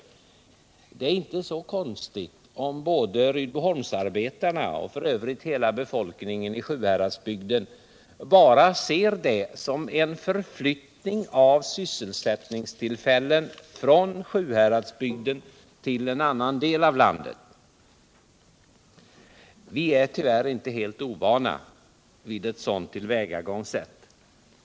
Det är inte så konstigt om både Rydboholmsarbetarna och f.ö. hela befolkningen i Sjuhäradsbygden bara ser det som en förflyttning av sysselsättningstillfällen från Sjuhäradsbygden till en annan del av landet. Vi är tyvärr inte helt ovana vid ett sådant tillvägagångssätt!